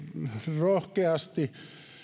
rohkeasti